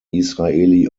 israeli